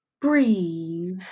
breathe